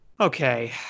Okay